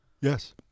Yes